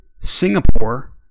Singapore